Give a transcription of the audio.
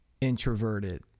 introverted